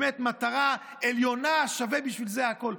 באמת, מטרה עליונה, שווה בשביל זה הכול.